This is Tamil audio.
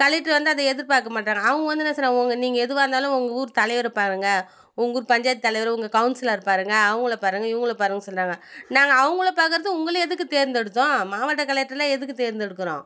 கலெட்ரு வந்து அதை எதிர்பார்க்க மாட்டாங்க அவங்க வந்து என்ன சொல்லுவாங்க உங்க நீங்கள் எதுவாக இருந்தாலும் உங்கள் ஊர் தலைவரை பாருங்கள் உங்கள் ஊர் பஞ்சாயத்து தலைவரை உங்கள் கவுன்சிலரை பாருங்கள் அவங்கள பாருங்கள் இவங்கள பாருங்கன்னு சொல்கிறாங்க நாங்கள் அவங்கள பார்க்கறதுக்கு உங்கள எதுக்கு தேர்ந்தெடுத்தோம் மாவட்ட கலெக்டரெலாம் எதுக்கு தேர்ந்தெடுக்கிறோம்